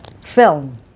film